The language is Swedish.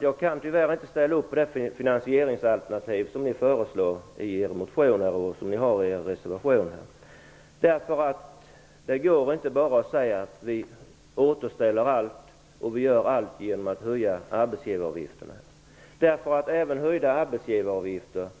Jag kan tyvärr inte ställa upp på det finansieringsalternativ som ni föreslår i er motion och som finns med i er reservation, Ingrid Burman. Det går inte att bara säga att vi skall återställa allt genom att höja arbetsgivaravgifterna. Det finns även en begränsning för höjda arbetsgivaravgifter.